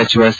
ಸಚಿವ ಸಿ